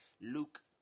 luke